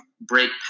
break